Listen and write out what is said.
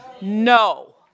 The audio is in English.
no